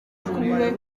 umwe